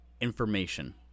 information